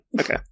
okay